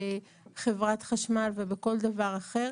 בחברת החשמל ובכל הגופים האחרים,